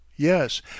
Yes